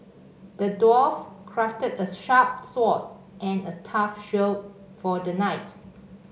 the dwarf crafted a sharp sword and a tough shield for the knight